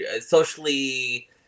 socially